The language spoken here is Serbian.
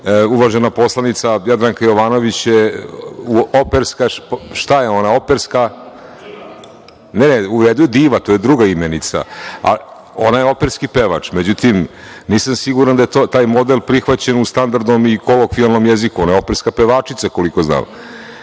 Uvažena poslanica Jadranka Jovanović je operska… Šta je ona? Operska? U redu je diva. To je druga imenica. Ona je operski pevač. Međutim, nisam siguran da je taj model prihvaćen u standardnom i kolokvijalnom jeziku. Ona je operska pevačica, koliko znamo. To